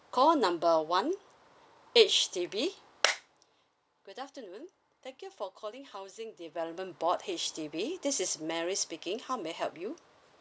call number one H_D_B good afternoon thank you for calling housing development board H_D_B this is mary speaking how may I help you